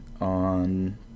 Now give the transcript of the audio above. on